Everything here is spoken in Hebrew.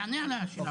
תענה על השאלה.